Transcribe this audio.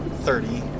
Thirty